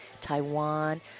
Taiwan